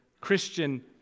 Christian